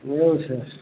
એવું છે